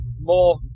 more